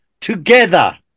together